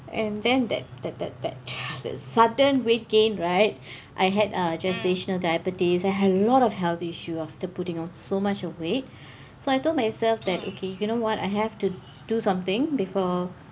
and then that that that that has the southern weight gain right I had ah gestational diabetes I had a lot of health issue after putting on so much of weight so I told myself that okay you know what I have to do something before